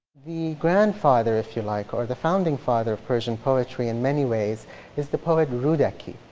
the grandfather if you like, or the founding father of persian poetry in many ways is the poet, rudaki.